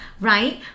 Right